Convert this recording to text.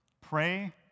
Pray